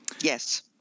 Yes